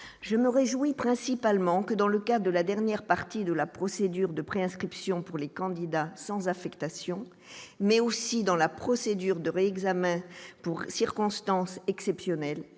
Je me réjouis principalement que dans le cas de la dernière partie de la procédure de pré-inscription pour les candidats sans affectation, mais aussi dans la procédure devrait examens pour circonstances exceptionnelles,